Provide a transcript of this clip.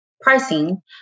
pricing